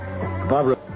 Barbara